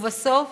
ובסוף,